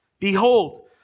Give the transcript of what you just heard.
Behold